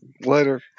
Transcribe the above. Later